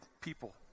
people